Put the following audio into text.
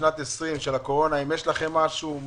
שנת 20 של הקורונה האם יש לכם משהו?